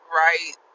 right